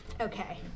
Okay